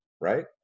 Right